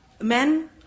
Men